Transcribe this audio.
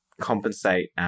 compensate